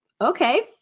Okay